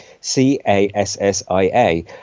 C-A-S-S-I-A